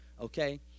Okay